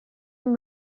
and